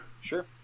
sure